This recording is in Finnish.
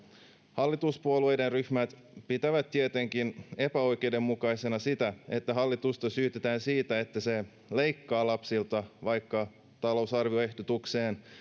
hallituspuolueiden ryhmät pitävät tietenkin epäoikeudenmukaisena sitä että hallitusta syytetään siitä että se leikkaa lapsilta vaikka talousarvioehdotukseen